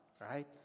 Right